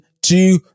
two